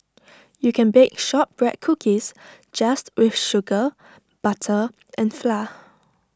you can bake Shortbread Cookies just with sugar butter and flour